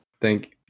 Thank